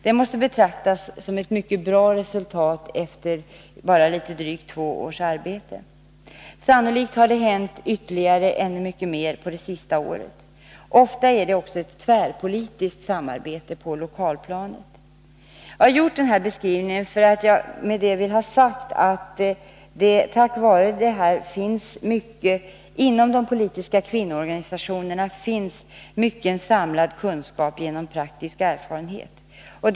Det måste betraktas som ett mycket bra resultat efter bara drygt två års arbete. Sannolikt har det hänt ytterligare ännu mycket mer på det senaste året. Ofta är det också ett tvärpolitiskt samarbete på lokalplanet. Med denna beskrivning vill jag ha sagt att det tack vare detta arbete och genom praktiska erfarenheter finns mycken kunskap samlad inom de politiska kvinnoorganisationerna.